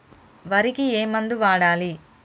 వరికి ఏ మందు వాడాలి?